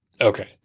Okay